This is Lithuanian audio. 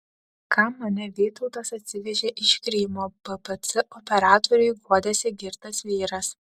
kam mane vytautas atsivežė iš krymo bpc operatoriui guodėsi girtas vyras